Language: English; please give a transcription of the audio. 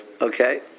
Okay